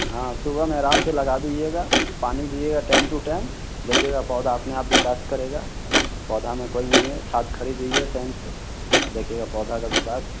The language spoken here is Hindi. हाँ सुबह में आराम से लगा दीजिएगा पानी दीजिएगा टाइम तो टाइम देखिएगा पौधा अपने आप विकास करेगा पौधा में कोई नही है खाध टाइम से देखिएगा पौधा का विकास